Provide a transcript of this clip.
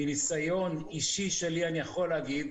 מניסיון אישי שלי אני יכול לומר,